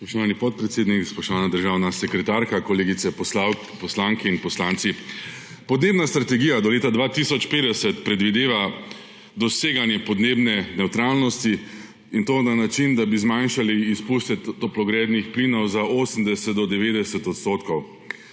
Spoštovani podpredsednik, spoštovana državna sekretarka, kolegice poslanke in kolegi poslanci! Podnebna strategija do leta 2050 predvideva doseganje podnebne nevtralnosti, in to na način, da bi zmanjšali izpuste toplogrednih plinov za 80 do 90 odstotkov.